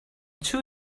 two